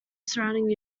surrounding